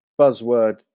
buzzword